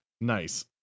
Nice